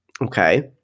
okay